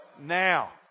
now